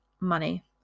money